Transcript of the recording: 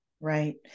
Right